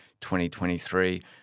2023